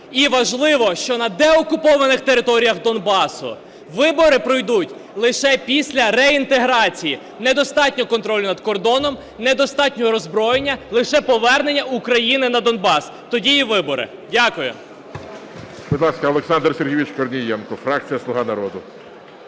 І важливо, що на деокупованих територіях Донбасу вибори пройдуть лише після реінтеграції. Недостатньо контролю над кордоном, недостатньо роззброєння - лише повернення України на Донбас, тоді і вибори. Дякую. ГОЛОВУЮЧИЙ. Будь ласка, Олександр Сергійович Корнієнко, фракція "Слуга народу".